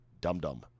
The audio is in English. dum-dum